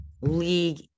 league